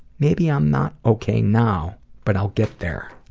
maybe i am not okay now but i will get there.